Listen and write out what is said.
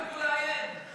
יש פה מדינה, תפסיקו לאיים.